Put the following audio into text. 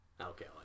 Okay